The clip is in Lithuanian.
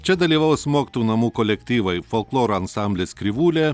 čia dalyvaus mokytojų namų kolektyvai folkloro ansamblis krivūlė